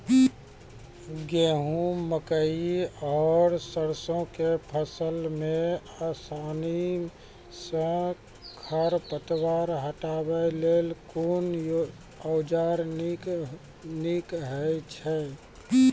गेहूँ, मकई आर सरसो के फसल मे आसानी सॅ खर पतवार हटावै लेल कून औजार नीक है छै?